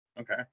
okay